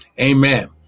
Amen